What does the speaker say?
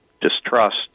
distrust